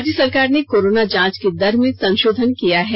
राज्य सरकार ने कोरोना जांच की दर में संशोधन किया है